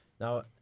Now